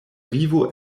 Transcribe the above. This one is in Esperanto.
vivo